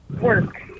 Work